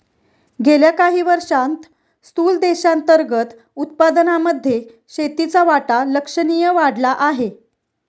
गेल्या काही वर्षांत स्थूल देशांतर्गत उत्पादनामध्ये शेतीचा वाटा लक्षणीय वाढला आहे